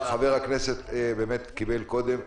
חבר הכנסת קיש באמת קיבל קודם.